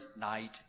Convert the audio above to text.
night